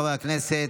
חברי הכנסת,